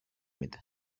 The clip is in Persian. میده